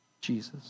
Jesus